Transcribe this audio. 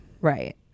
Right